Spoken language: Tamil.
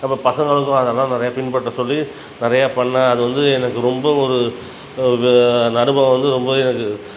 நம்ம பசங்களுக்கும் அதல்லாம் நிறையா பின்பற்ற சொல்லி நிறையா பண்ணேன் அது வந்து எனக்கு ரொம்ப ஒரு அந்த அனுபவம் வந்து ரொம்ப எனக்கு